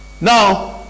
Now